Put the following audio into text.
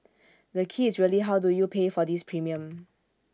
the key is really how do you pay for this premium